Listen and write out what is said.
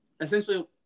essentially